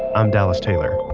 i'm dallas taylor.